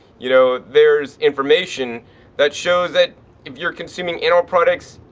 you know, there's information that shows that if you're consuming animal products